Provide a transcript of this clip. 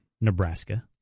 Nebraska